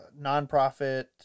nonprofit